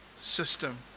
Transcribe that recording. system